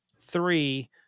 three